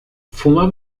fuma